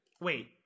Wait